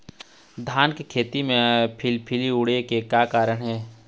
धान के खेती म फिलफिली उड़े के का कारण हे?